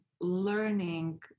learning